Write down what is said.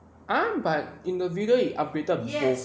!huh! but in the video it upgraded both